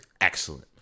excellent